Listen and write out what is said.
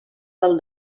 del